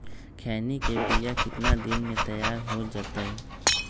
खैनी के बिया कितना दिन मे तैयार हो जताइए?